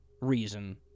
reason